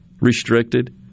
restricted